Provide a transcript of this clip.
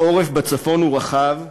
העורף בצפון הוא רחב,